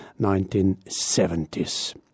1970s